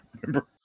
remember